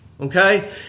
okay